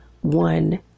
one